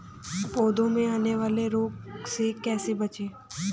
पौधों में आने वाले रोग से कैसे बचें?